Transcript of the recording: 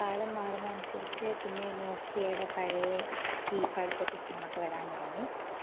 കാലം മാറുന്നതിനനുസരിച്ച് പിന്നെ നോക്കിയേടെ പഴയ കീ പാഡ് സെറ്റ് ഫോണൊക്കെ വരാൻ തുടങ്ങി